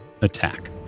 attack